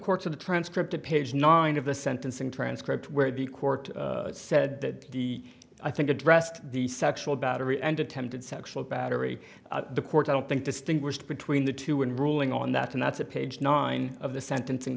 courts of the transcript at page nine of the sentencing transcript where the court said that the i think addressed the sexual battery and attempted sexual battery the court i don't think distinguished between the two and ruling on that and that's a page nine of the sentencing